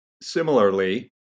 similarly